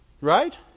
Right